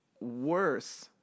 worse